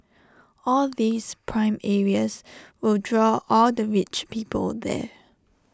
all these prime areas will draw all the rich people there